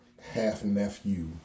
half-nephew